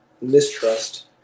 mistrust